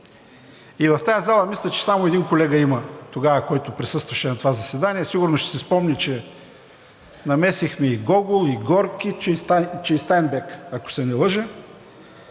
и в тази зала мисля, че само един колега има тогава, който присъстваше на това заседание. Сигурно ще си спомни, че намесихме и Гогол, и Горки, че и Стайнбек, ако се не лъжа.